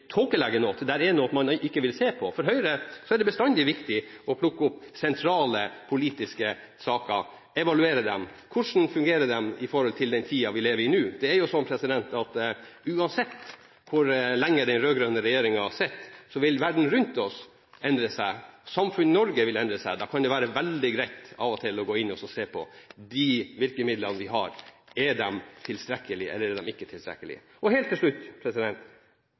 tåkelegge noe, at det er noe man ikke vil se på. For Høyre er det bestandig viktig å plukke opp sentrale politiske saker og evaluere dem. Hvordan fungerer de i forhold til den tiden vi lever i? Det er sånn at uansett hvor lenge den rød-grønne regjeringen sitter, vil verden rundt oss endre seg, og samfunnet i Norge vil endre seg. Da kan det av og til være veldig greit å gå inn og se på de virkemidlene vi har: Er de tilstrekkelige, eller er de ikke tilstrekkelige? Helt til slutt: